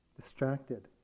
distracted